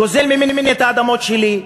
גוזל ממני את האדמות שלי,